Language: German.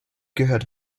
gehört